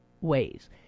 ways